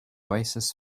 oasis